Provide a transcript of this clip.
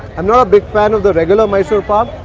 i'm not a big fan of the regular mysore pak.